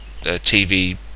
TV